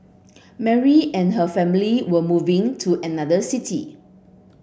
Mary and her family were moving to another city